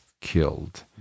killed